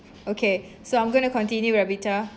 okay so I'm going to continue ravita